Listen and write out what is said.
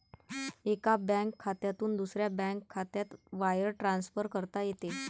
एका बँक खात्यातून दुसऱ्या बँक खात्यात वायर ट्रान्सफर करता येते